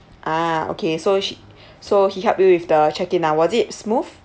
ah okay so she so he helped you with the check-in lah was it smooth